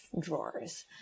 drawers